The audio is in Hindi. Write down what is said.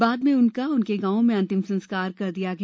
बाद में उनका उनके गांवों में अंतिम संस्कार कर दिया गया